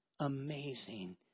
amazing